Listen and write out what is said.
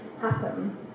happen